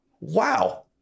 wow